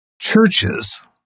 Churches